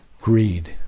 Greed